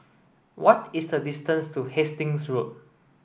what is the distance to Hastings Road